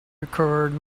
recovered